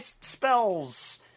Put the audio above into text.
spells